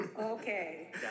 Okay